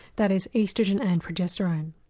that is oestrogen and progesterone.